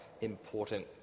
important